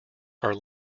are